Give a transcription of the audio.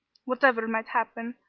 whatever might happen,